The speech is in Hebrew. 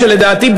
לדעתי,